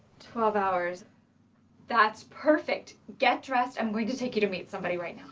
twelve hours that's perfect. get dressed i'm going to take you to meet somebody right